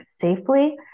safely